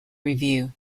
review